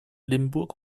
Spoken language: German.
limburg